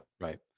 Right